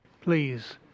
please